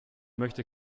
möchte